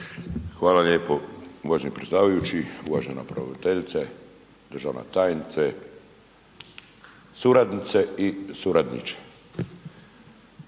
Hvala lijepo uvaženi predsjedavajući, uvažena pravobraniteljice, državna tajnice, suradnice i suradniče,